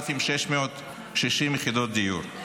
4,660 יחידות דיור,